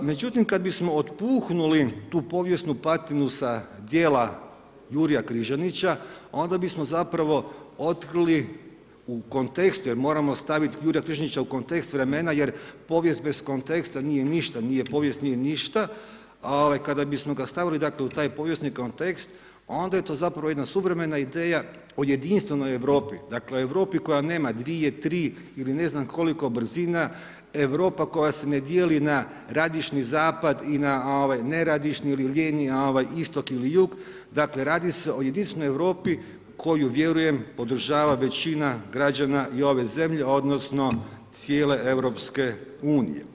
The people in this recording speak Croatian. Međutim kada bismo otpuhnuli tu povijesnu patinu sa dijela Jurja Križanića onda bismo zapravo otkrili u kontekstu jer moramo staviti Jurja Križanića u kontekst vremena jer povijest bez konteksta nije ništa, nije povijest, nije ništa a kada bismo ga stavili dakle u taj povijesni kontekst, onda je to zapravo jedna suvremena ideja o jedinstvenoj Europi, dakle Europi koja nema 2, 3 ili ne znam koliko brzina, Europa koja se ne dijeli na radišni zapad i na neradišni ili lijeni istok ili jug, dakle radi se o jedinstvenoj Europi koju vjerujem podržava većina građana i ove zemlje odnosno cijele EU.